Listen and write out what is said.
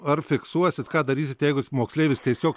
ar fiksuosit ką darysit jeigu moksleivis tiesiog